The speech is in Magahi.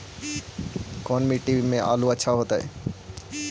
कोन मट्टी में आलु अच्छा होतै?